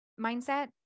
mindset